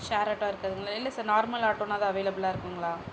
share auto இருக்குதுங்களா இல்லை sir normal ஆட்டோனாவது அவைலபுல்லாக இருக்குங்களா